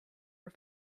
are